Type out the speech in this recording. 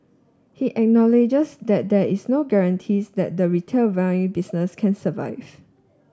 he acknowledges that there is no guarantees that the retail vinyl business can survive